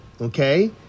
okay